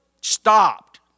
stopped